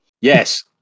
Yes